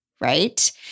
right